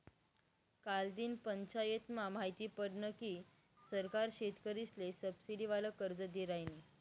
कालदिन पंचायतमा माहिती पडनं की सरकार शेतकरीसले सबसिडीवालं कर्ज दी रायनी